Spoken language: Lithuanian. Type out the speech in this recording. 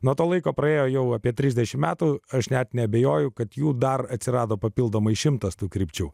nuo to laiko praėjo jau apie trisdešimt metų aš net neabejoju kad jų dar atsirado papildomai šimtas tų krypčių